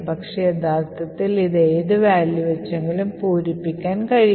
പക്ഷേ യഥാർത്ഥത്തിൽ ഇത് ഏതു വാല്യു വെച്ചെങ്കിലും പൂരിപ്പിക്കാൻ കഴിയും